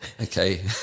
Okay